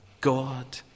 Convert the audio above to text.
God